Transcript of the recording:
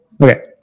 Okay